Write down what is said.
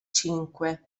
cinque